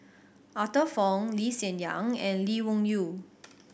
Arthur Fong Lee Hsien Yang and Lee Wung Yew